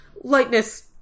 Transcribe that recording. lightness